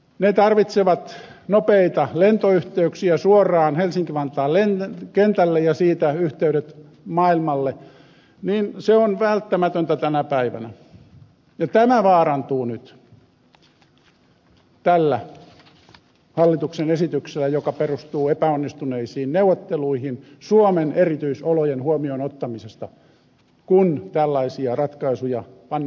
he tarvitsevat nopeita lentoyhteyksiä suoraan helsinki vantaan kentälle ja sieltä yhteydet maailmalle se on välttämätöntä tänä päivänä ja tämä vaarantuu nyt tällä hallituksen esityksellä joka perustuu epäonnistuneisiin neuvotteluihin suomen erityisolojen huomioon ottamisesta kun tällaisia ratkaisuja pannaan täytäntöön